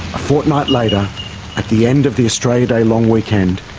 fortnight later at the end of the australia day long weekend,